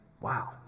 Wow